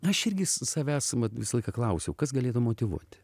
aš irgi savęs vat visą laiką klausiau kas galėtų motyvuoti